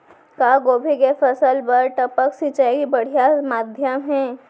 का गोभी के फसल बर टपक सिंचाई बढ़िया माधयम हे?